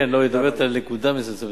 היא מדברת על נקודה מסוימת,